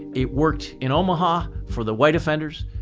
it worked in omaha for the white offenders.